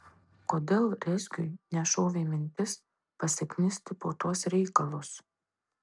kodėl rezgiui nešovė mintis pasiknisti po tuos reikalus